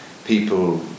People